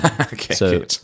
Okay